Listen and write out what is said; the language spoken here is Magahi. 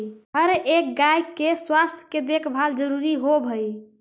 हर एक गाय के स्वास्थ्य के देखभाल जरूरी होब हई